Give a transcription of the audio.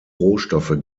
rohstoffe